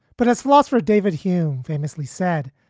but as philosopher david hume famously said,